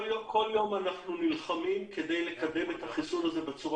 כל יום אנחנו נלחמים כדי לקדם את החיסון הזה בצורה